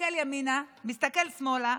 מסתכל ימינה, מסתכל שמאלה,